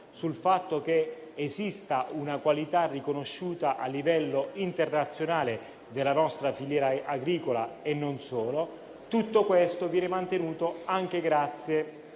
sul fatto che esista una qualità riconosciuta a livello internazionale della nostra filiera agricola e non solo: tutto questo viene mantenuto anche grazie